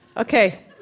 Okay